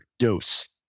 Dose